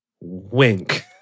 Wink